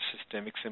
systemic